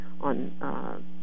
on